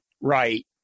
right